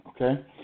Okay